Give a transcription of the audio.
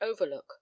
Overlook